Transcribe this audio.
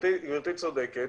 גברתי צודקת.